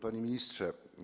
Panie Ministrze!